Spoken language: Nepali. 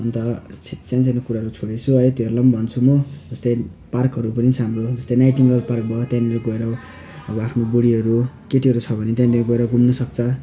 अन्त सानो सानो कुराहरू छोडे छु है त्योहरूलाई पनि भन्छु म जस्तै पार्कहरू पनि छ हाम्रो जस्तै नाइटिङ्गेल पार्क भयो त्यहाँनिर गएर अब आफ्नो बुढीहरू केटीहरू छ भने त्यहाँनिर गएर घुम्नुसक्छ